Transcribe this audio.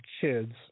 kids